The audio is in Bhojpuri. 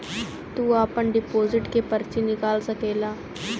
तू आपन डिपोसिट के पर्ची निकाल सकेला